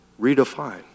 redefine